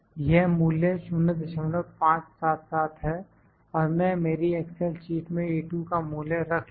यह मूल्य 0577 है और मैं मेरी एक्सेल शीट में का मूल्य रख लूँगा